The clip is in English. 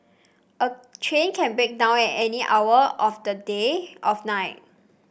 a train can break down at any hour of the day of night